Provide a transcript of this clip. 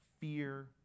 fear